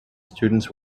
students